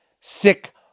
sick